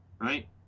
right